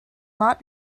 not